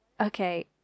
Okay